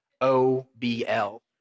O-B-L